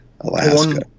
Alaska